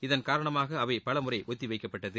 இதன் காரணமாக அவை பலமுறை ஒத்தி வைக்கப்பட்டது